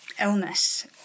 illness